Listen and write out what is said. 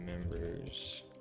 members